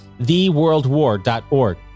theworldwar.org